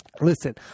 Listen